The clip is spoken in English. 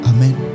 Amen